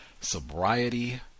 Sobriety